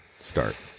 start